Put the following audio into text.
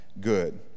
good